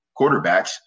quarterbacks